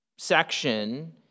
Section